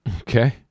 Okay